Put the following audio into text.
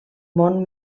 món